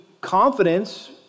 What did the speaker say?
confidence